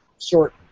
short